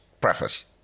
preface